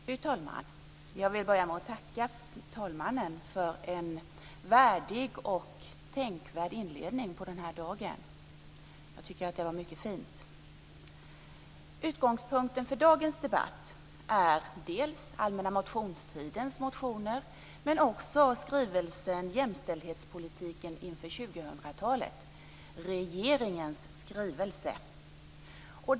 Fru talman! Jag vill börja med att tacka talmannen för en värdig och tänkvärd inledning på den här dagen. Jag tycker att det var mycket fint. Utgångspunkten för dagens debatt är allmänna motionstidens motioner men också regeringens skrivelse Jämställdhetspolitiken inför 2000-talet.